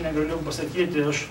negaliu pasakyti aš